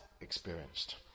experienced